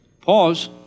Pause